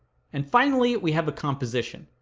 and finally we have a composition.